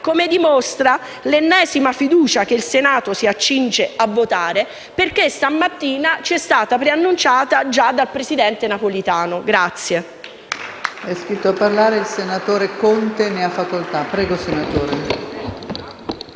come dimostra l'ennesima fiducia che il Senato si accinge a votare, come stamattina ci ha preannunciato il presidente Napolitano.